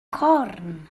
corn